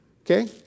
Okay